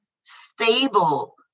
stable